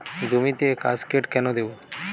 জমিতে কাসকেড কেন দেবো?